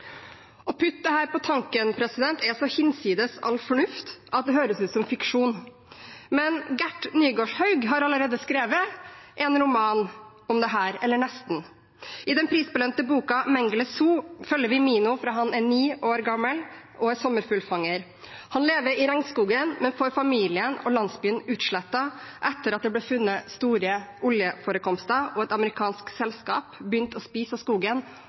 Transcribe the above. Å putte dette på tanken er så hinsides all fornuft at det høres ut som fiksjon. Men Gert Nygårdshaug har allerede skrevet en roman om dette – eller nesten. I den prisbelønte boka «Mengele Zoo» følger vi Mino fra han er ni år gammel og er sommerfuglfanger. Han lever i regnskogen, men familien og landsbyen blir utslettet etter at det blir funnet store oljeforekomster og et amerikansk selskap begynner å spise av skogen